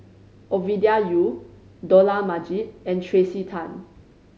Ovidia Yu Dollah Majid and Tracey Tan